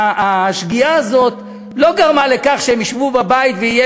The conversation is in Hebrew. והשגיאה הזאת לא גרמה לכך שהם ישבו בבית ויהיה